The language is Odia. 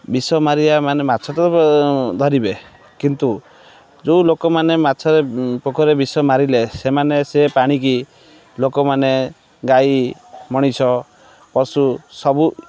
ବିଷ ମାରିବା ମାନେ ମାଛ ତ ଧରିବେ କିନ୍ତୁ ଯେଉଁ ଲୋକ ମାନେ ମାଛ ପୋଖରୀରେ ବିଷ ମାରିଲେ ସେମାନେ ସେ ପାଣିକି ଲୋକମାନେ ଗାଈ ମଣିଷ ପଶୁ ସବୁ